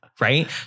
right